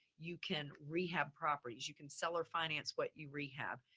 you can rehab properties, you can sell or finance what you rehab.